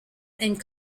and